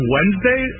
Wednesday